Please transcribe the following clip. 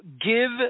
give